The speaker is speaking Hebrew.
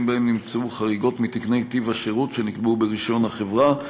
שבהם נמצאו חריגות מתקני טיב השירות שנקבעו ברישיון החברה.